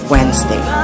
Wednesday